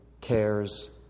cares